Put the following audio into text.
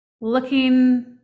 looking